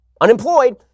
Unemployed